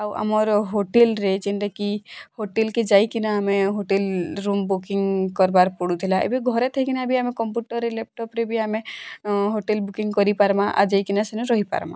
ଆଉ ଆମର ହୋଟେଲ୍ରେ ଯେନ୍ଟାକି ହୋଟେଲ୍କେ ଯାଇ କିନା ଆମେ ହୋଟେଲ୍ ରୁମ୍ ବୁକିଂ କର୍ବାର୍ ପଡ଼ୁଥିଲା ଏବେ ଘରେ ଥାଇକିନା ଏବେ ଆମେ କମ୍ପୁଟର୍ରେ ଲାପ୍ଟପ୍ରେ ବି ଆମେ ହୋଟେଲ୍ ବୁକିଂ କରି ପାର୍ମା ଆର୍ ଯାଇକିନା ସେନୁ ରହିପାର୍ମା